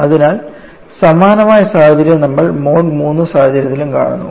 അതിനാൽ സമാനമായ സാഹചര്യം നമ്മൾ മോഡ് III സാഹചര്യത്തിലും കാണുന്നു